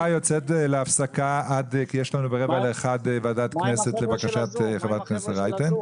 ב-12:45 ועדת כנסת לבקשת חברת הכנסת רייטן.